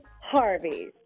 Harvey